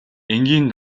энгийн